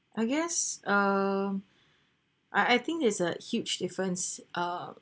I guess uh I I think is a huge difference ah